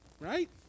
Right